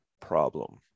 problem